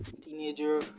teenager